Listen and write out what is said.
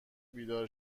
بیدار